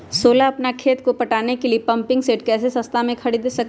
सोलह अपना खेत को पटाने के लिए पम्पिंग सेट कैसे सस्ता मे खरीद सके?